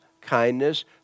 kindness